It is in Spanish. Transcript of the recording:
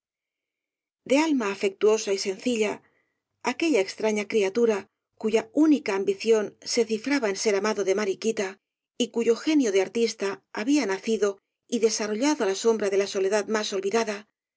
de alma afectuosa y sencilla aquella extraña criatura cuya única ambición se cifraba en ser amado de mariquita y cuyo genio de artista había nacido y desarrollado á la sombra de la soledad más olvidada